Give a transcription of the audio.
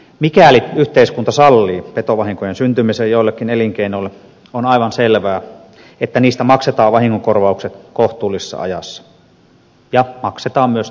mikäli yhteiskunta sallii petovahinkojen syntymisen jollekin elinkeinolle on aivan selvää että niistä maksetaan vahingonkorvaukset kohtuullisessa ajassa ja maksetaan myös täysimääräisinä